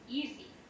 easy